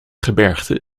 gebergte